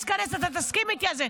תיכנס, תיכנס, אתה תסכים איתי על זה.